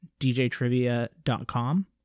djtrivia.com